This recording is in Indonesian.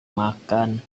makan